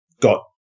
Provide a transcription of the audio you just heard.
got